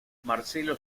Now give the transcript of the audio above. marcelo